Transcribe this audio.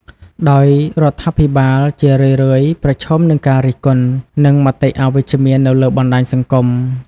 ដោយរដ្ឋាភិបាលជារឿយៗប្រឈមនឹងការរិះគន់ និងមតិអវិជ្ជមាននៅលើបណ្ដាញសង្គម។